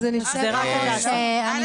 אני